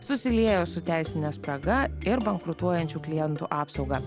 susiliejo su teisine spraga ir bankrutuojančių klientų apsauga